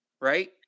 Right